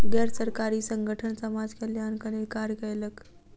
गैर सरकारी संगठन समाज कल्याणक लेल कार्य कयलक